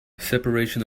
separation